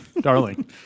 Darling